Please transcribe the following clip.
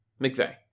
McVeigh